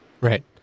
Right